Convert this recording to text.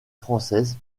française